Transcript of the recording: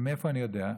מאיפה אני יודע?